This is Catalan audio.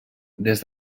des